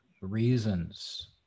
reasons